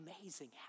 amazing